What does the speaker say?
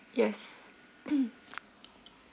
yes